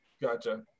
Gotcha